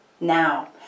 Now